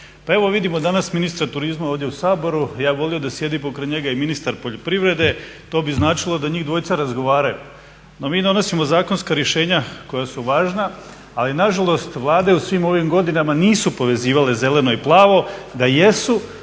Pa evo vidimo danas ministra turizma ovdje u Saboru, ja bih volio da sjedi pokraj njega i ministar poljoprivrede. To bi značilo da njih dvojica razgovaraju. No, mi donosimo zakonska rješenja koja su važna, ali na žalost Vlade u svim ovim godinama nisu povezivale zeleno i plavo. Da jesu,